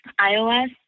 iOS